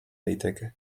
daiteke